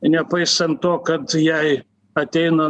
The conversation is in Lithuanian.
nepaisant to kad jai ateina